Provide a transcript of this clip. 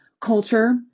culture